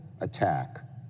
attack